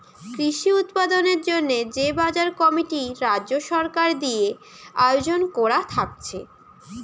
কৃষি উৎপাদনের জন্যে যে বাজার কমিটি রাজ্য সরকার দিয়ে আয়জন কোরা থাকছে